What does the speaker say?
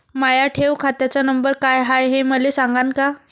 माया ठेव खात्याचा नंबर काय हाय हे मले सांगान का?